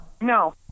No